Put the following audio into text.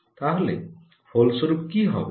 তাহলে ফলস্বরূপ কী হবে